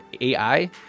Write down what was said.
AI